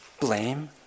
blame